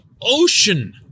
ocean